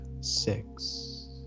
six